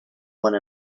one